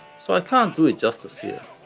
so i can't do it justice here.